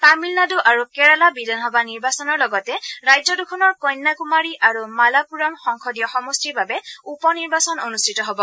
তামিলনাডু আৰু কেৰালা বিধানসভা নিৰ্বাচনৰ লগতে ৰাজ্য দুখনৰ কন্যাকুমাৰী আৰু মালাপুৰম সংসদীয় সমষ্টিৰ বাবে উপ নিৰ্বাচন অনুষ্ঠিত হ'ব